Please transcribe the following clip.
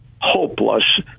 hopeless